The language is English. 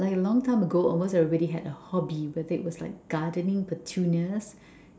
like a long time ago almost everybody had a hobby like it was gardening petunias